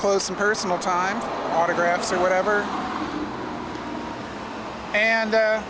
close and personal time autographs or whatever and